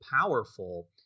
powerful